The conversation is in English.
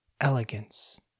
Elegance